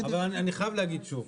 אבל אני חייב להגיד שוב,